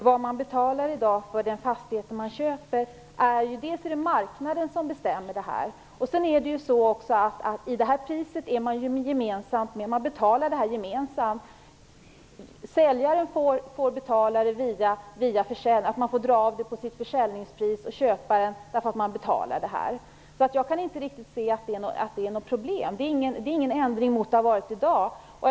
Fru talman! Priset för den fastighet som man köper bestämmer marknaden. Säljaren och köparen betalar det gemensamt. Säljaren får dra av provisionen på sitt försäljningspris och köparen genom att betala den. Jag kan inte riktigt se att det är något problem. Det är ingen ändring mot hur det är i dag.